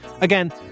again